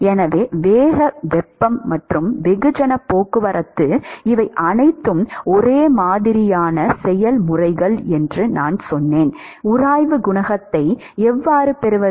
எனவே வேக வெப்பம் மற்றும் வெகுஜன போக்குவரத்து இவை அனைத்தும் ஒரே மாதிரியான செயல்முறைகள் என்று நான் சொன்னேன் உராய்வு குணகத்தை எவ்வாறு பெறுவது